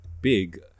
big